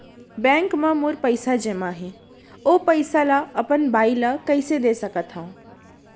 Bank म मोर पइसा जेमा हे, ओ पइसा ला अपन बाई ला कइसे दे सकत हव?